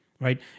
right